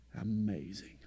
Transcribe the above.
Amazing